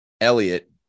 Elliot